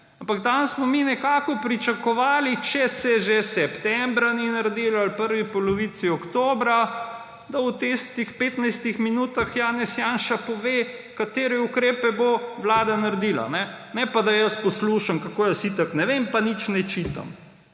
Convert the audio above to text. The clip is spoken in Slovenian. Ampak danes smo mi nekako pričakovali, če se že septembra ni naredilo ali v prvi polovici oktobra, da v tistih 15 minutah Janez Janša pove, katere ukrepe bo vlada naredila. Ne pa da jaz poslušam, kako jaz itak ne vem in nič ne čitam.